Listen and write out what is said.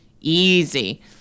easy